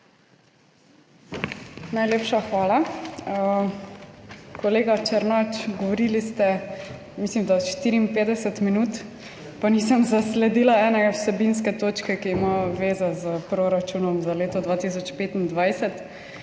Najlepša hvala. Kolega Černač, mislim, da ste govorili 54 minut, pa nisem zasledila ene vsebinske točke, ki ima zvezo s proračunom za leto 2025.